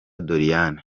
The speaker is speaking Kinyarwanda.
doriane